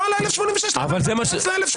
לא על 1,086. למה אתה מתייחס ל-1,086?